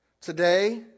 today